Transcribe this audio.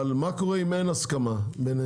אבל מה קורה אם אין הסכמה ביניהם?